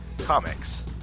Comics